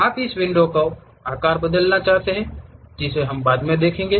आप इस विंडो का आकार बदलना चाहते हैं जिसे हम बाद में देखेंगे